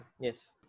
Yes